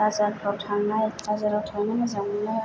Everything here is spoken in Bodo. बाजारफ्राव थांनाय बाजाराव थांनो मोजां मोनो